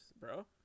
bro